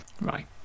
right